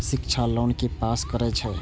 शिक्षा लोन के पास करें छै?